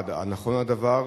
1. האם נכון הדבר?